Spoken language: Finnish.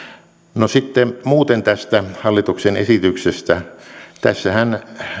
no sitten muuten tästä hallituksen esityksestä tässähän